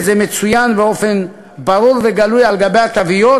וזה מצוין באופן ברור וגלוי על גבי התוויות,